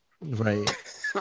Right